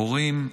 הורים,